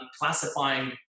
classifying